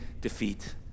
defeat